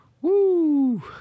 Woo